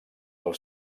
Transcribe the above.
del